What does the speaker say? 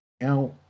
Now